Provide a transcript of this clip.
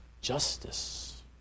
justice